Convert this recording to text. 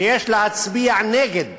שיש להצביע נגד